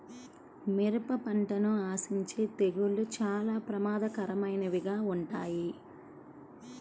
మిరప పంటను ఆశించే తెగుళ్ళు చాలా ప్రమాదకరమైనవిగా ఉంటాయి